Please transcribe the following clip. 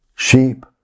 Sheep